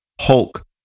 Hulk